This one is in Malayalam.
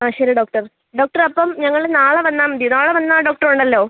ആ ശരി ഡോക്ടർ ഡോക്ടർ അപ്പം ഞങ്ങൾ നാളെ വന്നാൽ മതിയോ നാളെ വന്നാൽ ഡോക്ടറുണ്ടല്ലോ